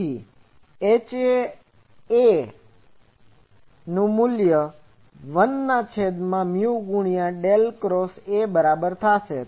તેથી HA1A HA એ 1 ના છેદમાં મ્યુ ગુણ્યા ડેલ ક્રોસ A બરાબર થાશે